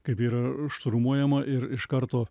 kaip yra šturmuojama ir iš karto